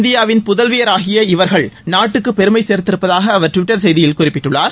இந்தியாவின் புதல்வியராகிய இவர்கள் நாட்டுக்கு பெருமை சேர்த்திருப்பதாக அவர் டுவிட்டர் செய்தியில் குறிப்பிட்டுள்ளார்